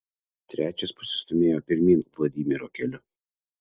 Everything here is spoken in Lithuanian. trečias pasistūmėjo pirmyn vladimiro keliu